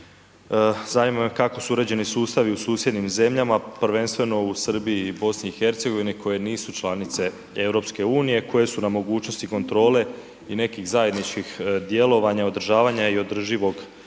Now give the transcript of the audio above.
zanima me kako su uređeni sustavu u susjednim zemljama, prvenstveno u Srbiji i BiH koje nisu članice EU, koje su nam mogućnosti kontrole i nekih zajedničkih djelovanja, održavanja i održivog